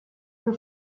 her